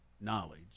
knowledge